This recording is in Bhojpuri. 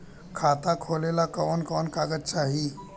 खाता खोलेला कवन कवन कागज चाहीं?